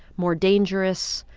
more dangerous,